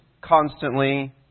constantly